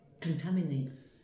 Contaminates